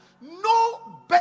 No